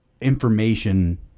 information